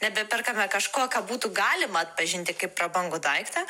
nebeperkame kažko ką būtų galima atpažinti kaip prabangų daiktą